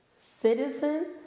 citizen